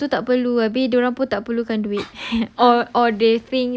macam benda tu tak perlu ah habis dia orang pun tak perlukan duit or or they think